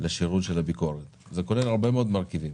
לשירותים של ביקורת זה כולל הרבה מאוד מרכיבים,